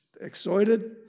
exhorted